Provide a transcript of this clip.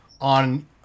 on